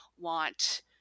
want